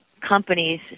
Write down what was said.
companies